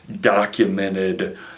documented